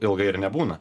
ilgai ir nebūna